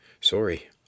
Sorry